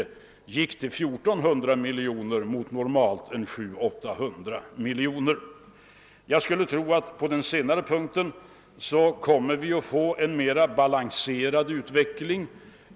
De uppgick till 1 400 milj.kr. mot normalt 700 å 800 miljoner. Jag skulle tro att vi där kommer att få en mera balanserad utveckling.